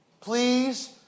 Please